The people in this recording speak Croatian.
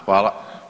Hvala.